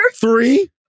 Three